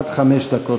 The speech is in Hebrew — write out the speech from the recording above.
עד חמש דקות